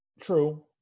True